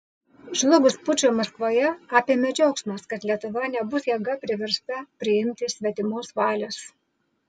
žlugus pučui maskvoje apėmė džiaugsmas kad lietuva nebus jėga priversta priimti svetimos valios